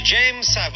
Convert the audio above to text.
James